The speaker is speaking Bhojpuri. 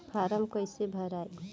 फारम कईसे भराई?